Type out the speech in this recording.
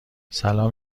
سلام